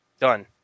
Done